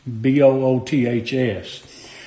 B-O-O-T-H-S